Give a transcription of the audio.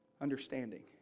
understanding